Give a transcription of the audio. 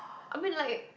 I mean like